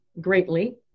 greatly